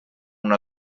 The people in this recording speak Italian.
una